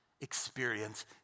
experience